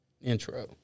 intro